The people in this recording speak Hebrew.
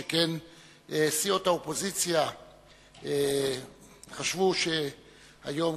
שכן סיעות האופוזיציה חשבו שהיום,